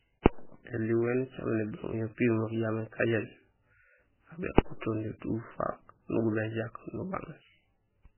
Éliw éni ucaméén ébang yo piyo memeek jambi ékajéén, aw békotondiyo tout ufaak nugubéén jak nubang.